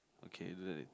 okay